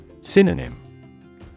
Synonym